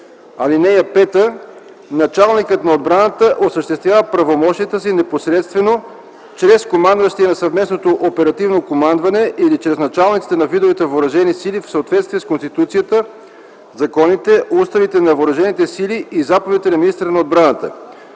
сили. (5) Началникът на отбраната осъществява правомощията си непосредствено, чрез командващия на Съвместното оперативно командване или чрез началниците на видовете въоръжени сили в съответствие с Конституцията, законите, уставите на въоръжените сили и заповедите на министъра на отбраната.”